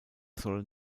sollen